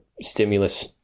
stimulus